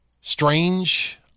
strange